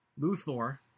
Luthor